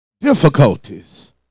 difficulties